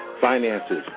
finances